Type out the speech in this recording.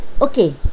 okay